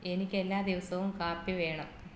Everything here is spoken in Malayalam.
എനിക്ക് എല്ലാ ദിവസവും കാപ്പി വേണം